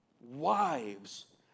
wives